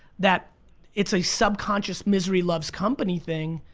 that it's a subconscious misery loves company thing,